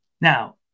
Now